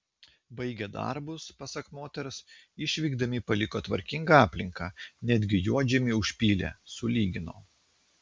baigę darbus pasak moters išvykdami paliko tvarkingą aplinką netgi juodžemį užpylė sulygino